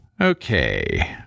Okay